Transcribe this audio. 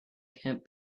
can’t